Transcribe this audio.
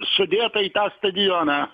sudėta į tą stadioną